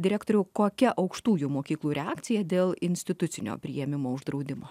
direktoriau kokia aukštųjų mokyklų reakcija dėl institucinio priėmimo uždraudimo